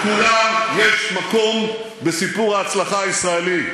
לכולם יש מקום בסיפור ההצלחה הישראלי.